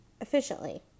efficiently